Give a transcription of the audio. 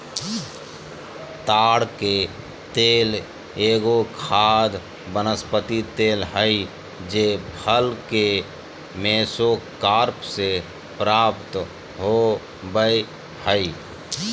ताड़ के तेल एगो खाद्य वनस्पति तेल हइ जे फल के मेसोकार्प से प्राप्त हो बैय हइ